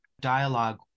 dialogue